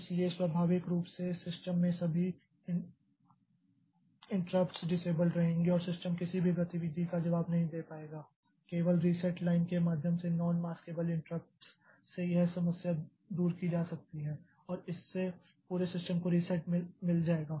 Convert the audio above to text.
इसलिए स्वाभाविक रूप से सिस्टम में सभी इंटराप्ट्स डिसेबल्ड रहेंगे और सिस्टम किसी भी गतिविधि का जवाब नहीं दे पाएगा केवल रीसेट लाइन के माध्यम से नॉन मास्केबल इंट्रप्ट से यह समस्या दूर की जा सकती है और इससे पूरे सिस्टम को रीसेट मिल जाएगा